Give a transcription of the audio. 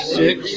six